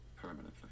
permanently